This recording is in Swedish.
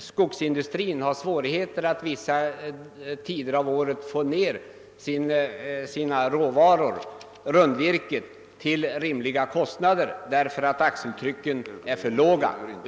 skogsindustrin har stora svårigheter att under vissa tider av året frakta ner sin råvara, rundvirket, till rimliga kostnader på grund av att de på dessa vägar tilllåtna axeltrycken är för låga.